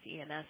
EMS